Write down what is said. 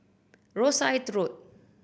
Rosyth Road